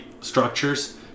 structures